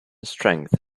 strength